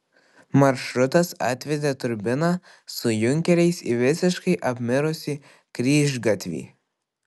maršrutas atvedė turbiną su junkeriais į visiškai apmirusį kryžgatvį